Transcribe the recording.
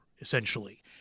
essentially